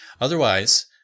Otherwise